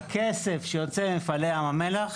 הכסף שיוצא ממפעלי ים המלח,